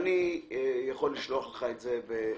אני יכול לשלוח לך את זה בדואר,